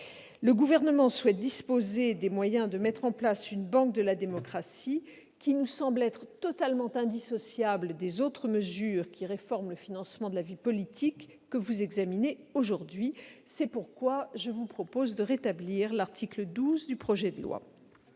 Le Gouvernement souhaite disposer des moyens d'instituer une banque de la démocratie. Cette instance nous semble totalement indissociable des autres mesures réformant le financement de la vie politique, que vous examinez aujourd'hui. Voilà pourquoi je vous propose de rétablir l'article 12 du présent projet de loi.